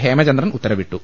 ഹേമചന്ദ്രൻ ഉത്തരവിട്ടു